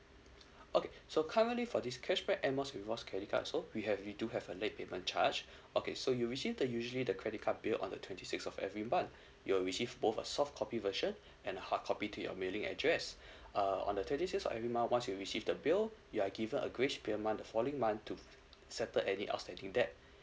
okay so currently for this cashback Air Miles rewards credit card so we have we do have a late payment charge okay so you receive the usually the credit card bill on the twenty sixth of every month you will receive both of soft copy version and hardcopy to your mailing address uh on the twenty sixth on every month once you receive the bill you are given a glitch prior month the following month to settle any outstanding that